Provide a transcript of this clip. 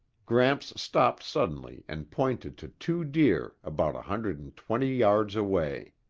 gramps stopped suddenly and pointed to two deer about a hundred and twenty yards away.